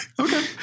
Okay